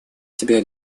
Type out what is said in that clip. себя